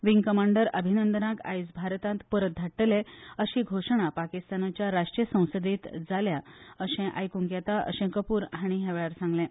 wing commander अभिनंदनाक आयज भारतांत परत धाडटले अशी घोशणा पाकिस्तानाच्या राष्ट्रीय संसदेंत जाल्या अशें आयकूंक येता अशें कपूर हांणी ह्या वेळार सांगलें